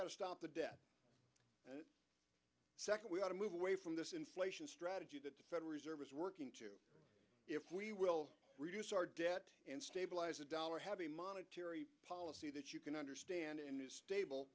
got to stop the debt second we ought to move away from this inflation strategy that the federal reserve is working to if we will reduce our debt and stabilize the dollar have a monetary policy that you can understand